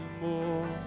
more